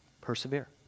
persevere